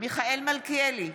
מיכאל מלכיאלי,